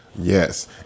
Yes